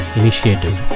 initiative